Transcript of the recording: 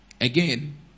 Again